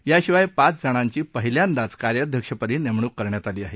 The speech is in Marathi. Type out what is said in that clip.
याशिवाय पाच जणांची पहिल्यांदाच कार्याध्यक्षपदी नेमणूक करण्यात आली आहे